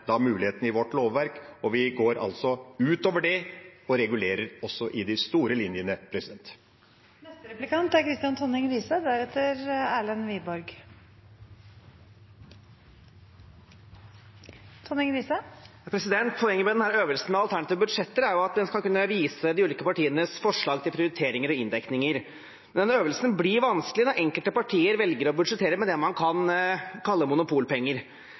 er mulighet til i vårt lovverk, og vi går utover det og regulerer også i de store linjene. Poenget med denne øvelsen med alternative budsjetter er jo at en skal kunne vise de ulike partienes forslag til prioriteringer og inndekninger. Den øvelsen blir vanskelig når enkelte partier velger å budsjettere med det man kan kalle